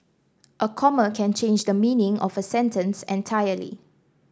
a comma can change the meaning of a sentence entirely